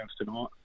tonight